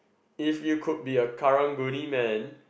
if you could be a Karang-Guni man